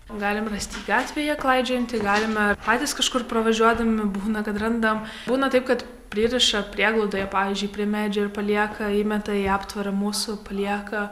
galim rast jį gatvėje klaidžiojantį galime patys kažkur pravažiuodami būna kad randam būna taip kad pririša prieglaudoje pavyzdžiui prie medžio ir palieka įmeta į aptvarą mūsų palieka